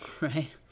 right